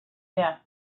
death